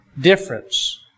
difference